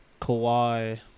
Kawhi